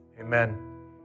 amen